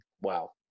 Wow